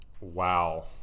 Wow